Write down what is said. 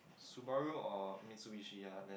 Subaru or Mitsubishi ya then